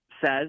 says